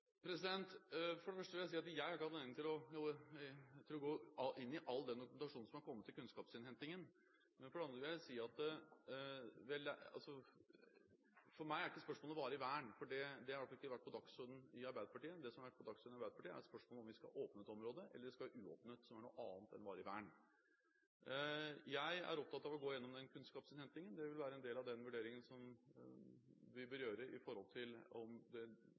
For det første vil jeg si at jeg ikke har hatt anledning til å sette meg inn i all dokumentasjonen som har kommet i kunnskapsinnhentingen. For det andre vil jeg si at for meg er ikke spørsmålet varig vern – det har i hvert fall ikke vært på dagsordenen i Arbeiderpartiet. Det som har vært på dagsordenen i Arbeiderpartiet, er spørsmålet om vi skal åpne dette området, eller om det skal være uåpnet, som er noe annet enn varig vern. Jeg er opptatt av å gå igjennom kunnskapsinnhentingen. Det vil være en del av den vurderingen vi bør gjøre av om det på noe tidspunkt skal åpnes. Når jeg har sagt at vi har mye informasjon, vil det